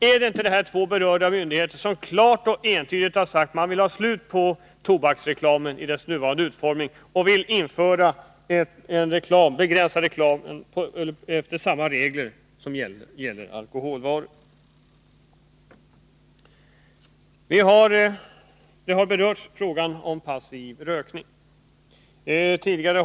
Har inte dessa två berörda myndigheter klart och entydigt sagt ifrån att de vill ha slut på tobaksreklamen i dess nuvarande utformning och att de vill införa en begränsad reklam efter samma regler som gäller för reklam om alkoholvanor? Frågan om passiv rökning har berörts.